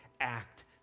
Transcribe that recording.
act